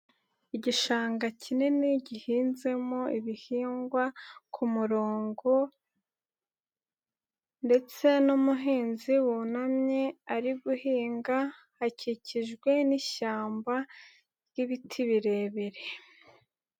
Igishanga kinini gihinzemo ibihingwa ku kumurongo ndetse n'umuhinzi wunamye ari guhinga akikijwe n'ishyamba ry'ibiti birebire.